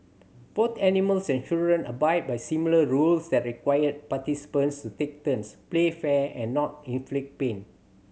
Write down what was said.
both animals and children abide by similar rules that require participants to take turns play fair and not inflict pain